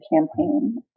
campaign